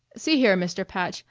see here, mr. patch,